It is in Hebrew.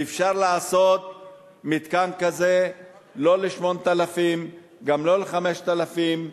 ואפשר לעשות מתקן כזה לא ל-8,000, גם לא ל-5,000.